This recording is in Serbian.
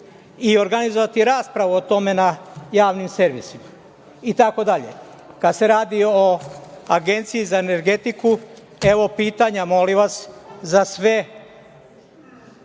i organizovati raspravu o tome na javnim servisima itd. Kada se radi o Agenciji za energetiku, evo pitanja, molim vas za sve